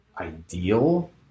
ideal